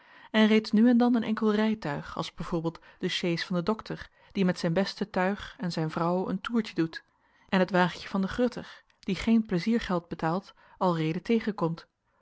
en reeds nu en dan een enkel rijtuig als b v de sjees van den dokter die met zijn beste tuig en zijn vrouw een toertje doet en het wagentje van den grutter die geen pleiziergeld betaalt alreede tegenkomt